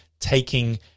Taking